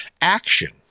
action